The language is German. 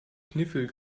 kniffel